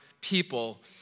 people